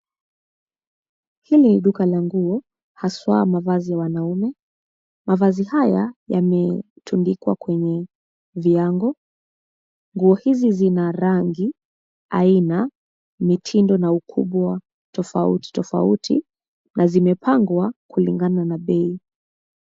Hili ni duka la nguo; haswa mavazi ya wanaume. Mavazi haya yametundikwa kwenye viango. Nguo hizi zina rangi, aina, mitindo na ukubwa tofauti, tofauti, na zimepangwa kulingana na bei.